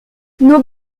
nos